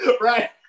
Right